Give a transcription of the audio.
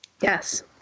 Yes